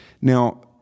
Now